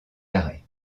l’arrêt